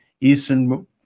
Eastern